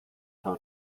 how